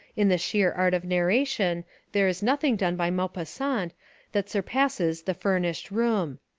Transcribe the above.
in the sheer art of narration there is nothing done by maupassant that surpasses the furnished room.